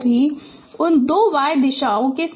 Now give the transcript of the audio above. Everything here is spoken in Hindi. इसी तरह उन दो y दिशाओं के साथ